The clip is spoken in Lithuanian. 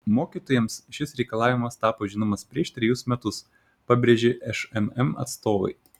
mokytojams šis reikalavimas tapo žinomas prieš trejus metus pabrėžė šmm atstovai